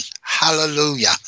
hallelujah